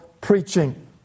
preaching